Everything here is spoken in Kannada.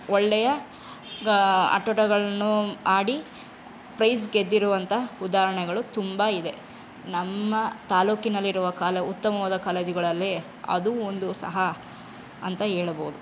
ಒಳ್ಳೆಯ ಆಟೋಟಗಳನ್ನು ಆಡಿ ಪ್ರೈಜ್ ಗೆದ್ದಿರುವಂಥ ಉದಾಹರಣೆಗಳು ತುಂಬ ಇದೆ ನಮ್ಮ ತಾಲೂಕಿನಲ್ಲಿರುವ ಕಾಲ ಉತ್ತಮವಾದ ಕಾಲೇಜುಗಳಲ್ಲಿ ಅದು ಒಂದು ಸಹ ಅಂತ ಹೇಳಬಹುದು